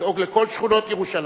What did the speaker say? לדאוג לכל שכונות ירושלים.